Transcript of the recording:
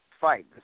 fight